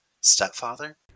stepfather